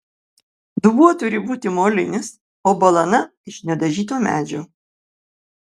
dubuo turi būti molinis o balana iš nedažyto medžio